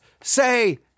say